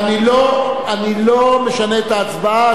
אני לא משנה את ההצבעה.